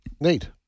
Neat